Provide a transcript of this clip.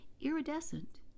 iridescent